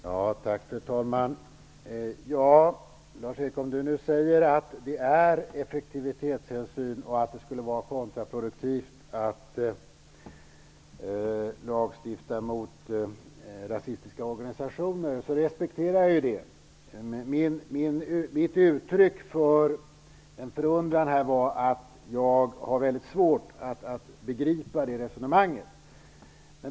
Fru talman! Om Lars-Erik Lövdén nu säger att det beror på effektivitetshänsyn och att det skulle vara kontraproduktivt att lagstifta mot rasistiska organisationer respekterar jag det. Mitt uttryck för en förundran beror på att jag har väldigt svårt att begripa det resonemanget.